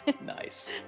Nice